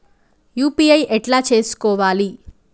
UPI ఎట్లా చేసుకోవాలి?